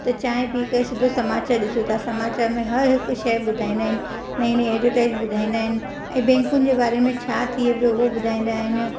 त चाहिं पी करे सिधो समाचार ॾिसूं था सम्मचार में हर हिकु शइ ॿुधाईंदा आहिनि नईं नईं एडवरटाइज़ ॿुधा़ईंदा आहिनि ऐं बैंकुनि जे बारे में छा थिए पियो उहो ॿुधाईंदा आहिनि